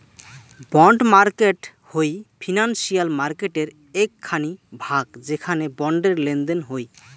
bond market হই financial মার্কেটের এক খানি ভাগ যেখানে বন্ডের লেনদেন হই